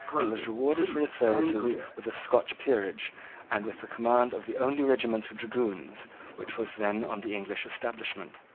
and was rewarded for his services with a scotch peerage and with the command of the only regiment of dragoons which was then on the english establishment.